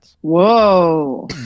Whoa